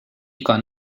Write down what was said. iga